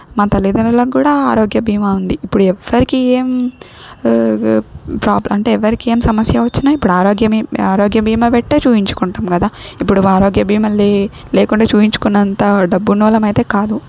మా తల్లిదండ్రులకు కూడా ఆరోగ్య బీమా ఉంది ఇప్పుడు ఎవ్వరికి ఏం ప్రాబ్ అంటే ఎవ్వరికి ఏమి సమస్య వచ్చినా ఇప్పుడు ఆరోగ్య బీమా ఆరోగ్య బీమా పెట్టే చూయించుకుంటాం కదా ఇప్పుడు ఆరోగ్య బీమా లే లేకుండా చూయించుకున్నంత డబ్బున్న వాళ్ళం అయితే కాదు